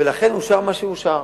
ולכן אושר מה שאושר.